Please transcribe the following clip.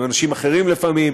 עם אנשים אחרים לפעמים,